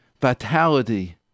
vitality